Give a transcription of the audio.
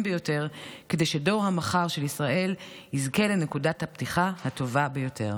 ביותר כדי שדור המחר של ישראל יזכה לנקודת הפתיחה הטובה ביותר.